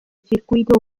circuito